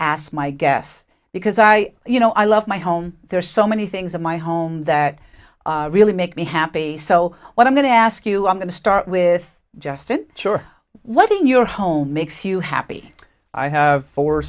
ask my guess because i you know i love my home there are so many things in my home that really make me happy so what i'm going to ask you i'm going to stop with justin sure what in your home makes you happy i have four